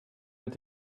mit